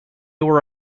were